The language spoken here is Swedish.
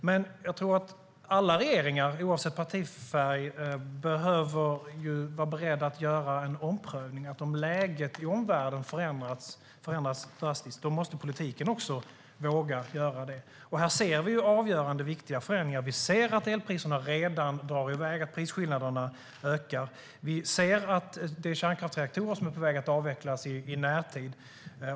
Men jag tror att alla regeringar, oavsett partifärg, behöver vara beredda att göra omprövningar: Om läget i omvärlden förändras drastiskt måste politiken också våga förändras. Här ser vi avgörande och viktiga förändringar. Vi ser att elpriserna redan drar iväg och prisskillnaderna ökar. Vi ser att kärnkraftsreaktorer är på väg att avvecklas i närtid.